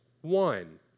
one